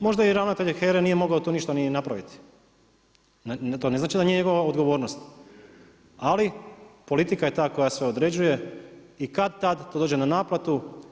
Možda ravnatelje HERA-e nije mogu tu ništa ni napraviti, to ne znači da nije njegova odgovornost, ali politika je ta koja sve određuje i kad-tad to dođe na naplatu.